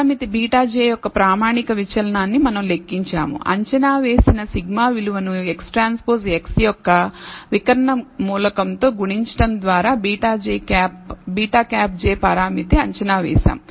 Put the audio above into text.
పారామితి βj యొక్క ప్రామాణిక విచలనాన్ని మనం లెక్కించాము అంచనా వేసిన σ విలువను XTX యొక్క వికర్ణ మూలకం తో గుణించడం ద్వారా β̂j పరామితి అంచనా వేశాం